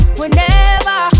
whenever